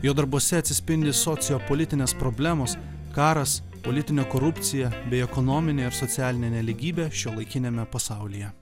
jo darbuose atsispindi sociopolitinės problemos karas politinė korupcija bei ekonominė ir socialinė nelygybė šiuolaikiniame pasaulyje